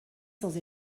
sans